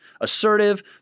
assertive